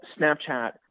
Snapchat